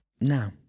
now